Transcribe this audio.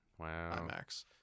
IMAX